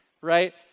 right